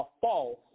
false